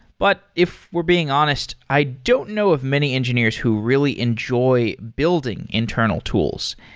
but if we're being honest, i don't know of many engineers who really enjoy building internal tools.